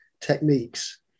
techniques